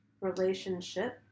relationship